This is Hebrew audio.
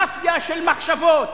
מאפיה של מחשבות,